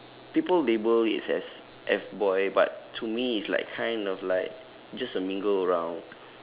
people label it as F boy but to me it's like kind of like just a mingle around